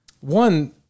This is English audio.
one